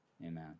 amen